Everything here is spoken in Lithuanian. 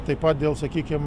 taip pat dėl sakykim